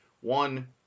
One